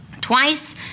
Twice